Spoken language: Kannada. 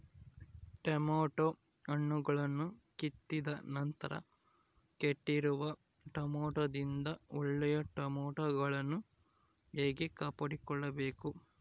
ಟೊಮೆಟೊ ಹಣ್ಣುಗಳನ್ನು ಕಿತ್ತಿದ ನಂತರ ಕೆಟ್ಟಿರುವ ಟೊಮೆಟೊದಿಂದ ಒಳ್ಳೆಯ ಟೊಮೆಟೊಗಳನ್ನು ಹೇಗೆ ಕಾಪಾಡಿಕೊಳ್ಳಬೇಕು?